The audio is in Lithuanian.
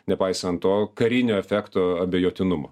nepaisant to karinio efekto abejotinumo